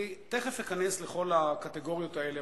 אני תיכף אכנס לכל הקטגוריות האלה,